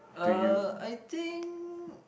uh I think